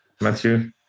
Matthew